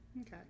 Okay